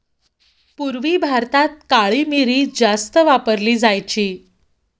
पूर्वी भारतात काळी मिरी जास्त वापरली जायची